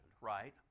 right